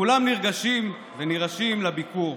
כולם נרגשים ונרעשים מהביקור,